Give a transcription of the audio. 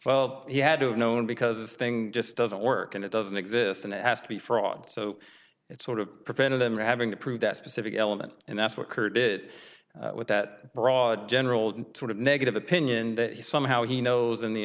well he had to have known because it's thing just doesn't work and it doesn't exist and ask to be fraud so it's sort of prevent of them having to prove that specific element and that's what kurt it with that broad general sort of negative opinion that he somehow he knows in the